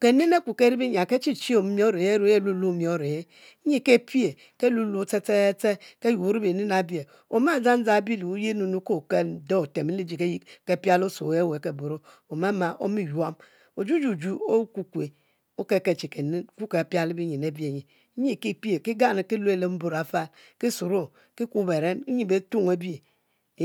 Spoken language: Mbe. kenen aku keri binyiam kechi chi ome ke me ku ke lo lo mior e'he, e pie ke yuor nu ste ste ste ke yubri bi ni nu abre, omu dzang bu le wuye nu ke okel nde otemo liyi ayi ise piale osue ohe aweh, omama omi yuom ojujuju okukue, okel kel che kenem ku ke piale binyin avie nye, nyi ke pie kigario ki luo lembo le afal ki suro ki kuo beren nyi betungo ebi,